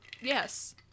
Yes